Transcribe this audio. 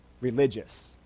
religious